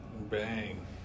Bang